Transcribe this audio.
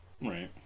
right